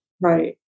Right